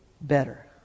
better